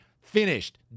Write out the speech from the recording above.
Finished